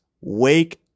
Wake